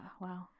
wow